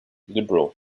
liberal